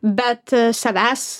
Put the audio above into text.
bet savęs